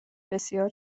بسیار